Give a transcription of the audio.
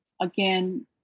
again